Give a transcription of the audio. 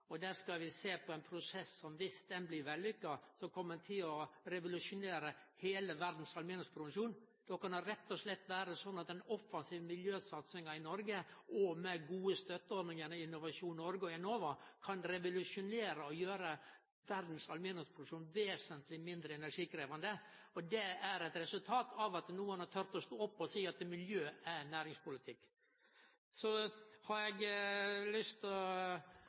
Der skal vi sjå på ein prosess som, viss han blir vellukka, kjem til å revolusjonere aluminiumsproduksjonen i heile verda. Då kan det rett og slett vere sånn at den offensive miljøsatsinga i Noreg – med gode støtteordningar i Innovasjon Norge og Enova – kan revolusjonere og gjere aluminiumsproduksjonen i verda vesentleg mindre energikrevjande. Og det er eit resultat av at nokon har tort å stå opp og seie at miljøpolitikk er næringspolitikk. Så har eg lyst til å